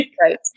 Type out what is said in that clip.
right